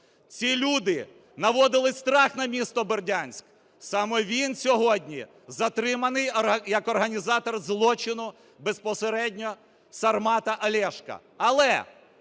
ці люди наводили страх на місто Бердянськ. Саме він сьогодні затриманий як організатор злочину безпосередньо "Сармата" (Олешка). Але,